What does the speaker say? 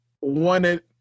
wanted